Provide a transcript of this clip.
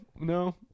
No